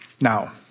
Now